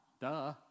duh